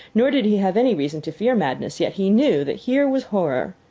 nor did he have any reason to fear madness yet he knew that here was horror,